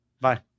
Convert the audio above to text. Bye